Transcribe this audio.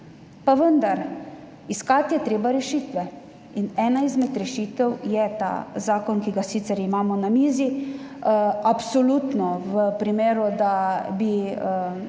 pa vendar je treba iskati rešitve in ena izmed rešitev je ta zakon, ki ga sicer imamo na mizi, absolutno v primeru, da bi